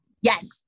Yes